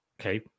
Okay